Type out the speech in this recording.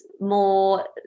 more